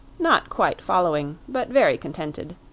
not quite following, but very contented.